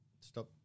Stop